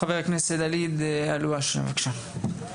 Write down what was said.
חבר הכנסת ואליד אלהואשלה, בבקשה.